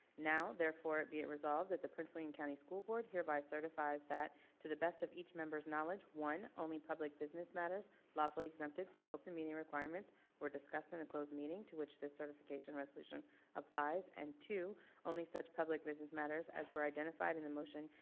now therefore be it resolved that the prince william county school board hereby certifies that to the best of each members knowledge one only public business matters lawfully exempted from open meeting requirements were discussed in a closed meeting to which this certification resolution applies and two only such public business matters as were identified in the motion,